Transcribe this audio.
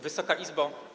Wysoka Izbo!